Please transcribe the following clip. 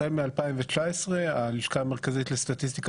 החל מ-2019 הלשכה המרכזית לסטטיסטיקה